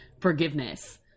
forgiveness